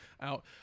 out